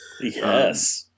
Yes